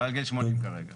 מעל גיל 80 כרגע.